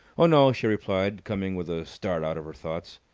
oh, no, she replied, coming with a start out of her thoughts.